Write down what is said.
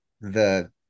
the-